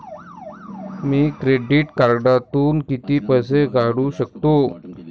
मी credit कार्डातून किती पैसे काढू शकतो?